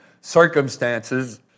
circumstances